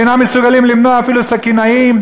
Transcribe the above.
אינם מסוגלים למנוע אפילו סכינאים?